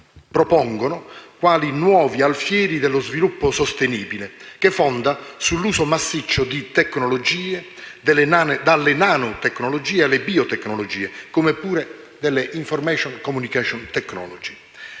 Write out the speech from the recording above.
propongono quali nuovi alfieri dello sviluppo sostenibile, che si fonda sull'uso massiccio di tecnologia, dalle nanotecnologie alle biotecnologie, come pure le *information and communications technology*.